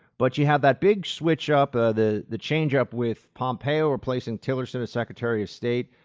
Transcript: but you have that big switch-up, the the change-up with pompeo replacing tillerson as secretary of state.